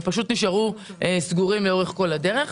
הם פשוט נשארו סגורים לאורך כל הדרך.